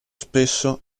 spesso